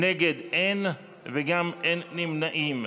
נגד, אין, וגם אין נמנעים.